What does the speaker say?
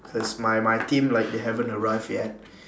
cause my my team like they haven't arrived yet